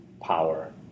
power